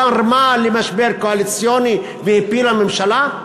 גרמה למשבר קואליציוני והפילה ממשלה?